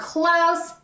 close